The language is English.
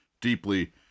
deeply